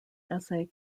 essay